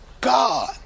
God